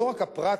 שלא רק הפרט